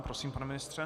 Prosím, pane ministře.